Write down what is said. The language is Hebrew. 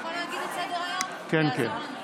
אנחנו